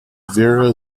vera